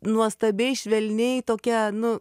nuostabiai švelniai tokia nu